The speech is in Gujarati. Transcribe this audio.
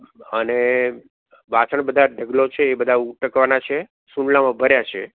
અને વાસણ બધા ઢગલો છે એ બધા ઉટકવાના છે સૂંડલામા ભર્યા છે